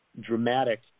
dramatic